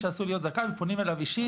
שעשוי להיות זכאי ופונים אליו אישית,